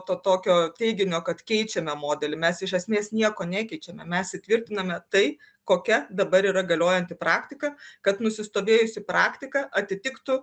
to tokio teiginio kad keičiame modelį mes iš esmės nieko nekeičiame mes įtvirtiname tai kokia dabar yra galiojanti praktika kad nusistovėjusi praktika atitiktų